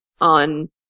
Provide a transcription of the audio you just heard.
on